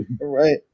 right